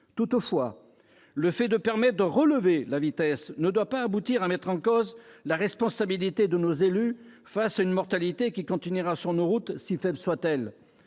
Toutefois, permettre de relever la vitesse ne doit pas aboutir à mettre en cause la responsabilité de nos élus face à une mortalité qui continuera sur nos routes, si faible soit-elle.